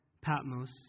Patmos